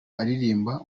aririmba